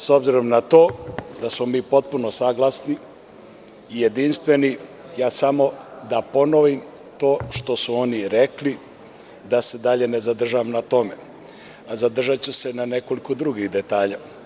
S obzirom na to da smo mi potpuno saglasni i jedinstveni, samo da ponovim to što su oni rekli i da se dalje ne zadržavam na tome, a zadržaću se na nekoliko drugih detalja.